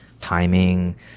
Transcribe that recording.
timing